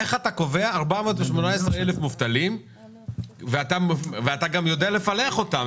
איך אתה קובע 418,000 מובטלים ואתה גם יודע לפלח אותם,